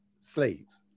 slaves